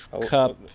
Cup